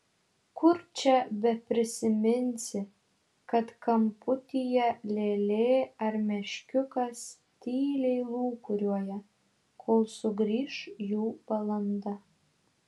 kur čia beprisiminsi kad kamputyje lėlė ar meškiukas tyliai lūkuriuoja kol sugrįš jų valanda